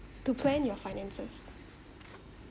to plan your finances